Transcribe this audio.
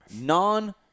non